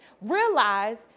realize